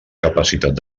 capacitat